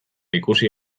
ikusi